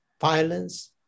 violence